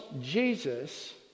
Jesus